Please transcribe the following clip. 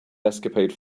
escapade